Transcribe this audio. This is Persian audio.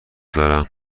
دارم